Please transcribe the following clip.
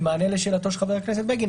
במענה לשאלתו של חבר הכנסת בגין,